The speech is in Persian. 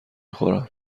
خورم